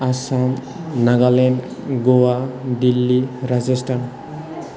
आसाम नागालेण्ड ग'वा दिल्लि राजस्थान